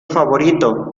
favorito